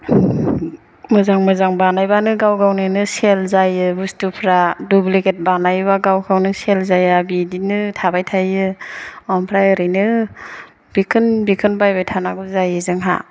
मोजां मोजां बानायबानो गाव गावनिनो सेल जायो बुस्थुफ्रा दुब्लिगेट बानायबा गाव गावनो सेल जाया बिदिनो थाबाय थायो ओमफ्राय ओरैनो बिखोन बिखोन बायबाय थानांगौ जायो जोंहा